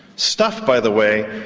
stuff, by the way,